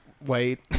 wait